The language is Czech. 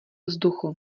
vzduchu